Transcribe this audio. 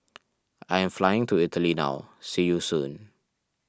I am flying to Italy now see you soon